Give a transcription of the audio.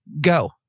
go